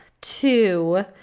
two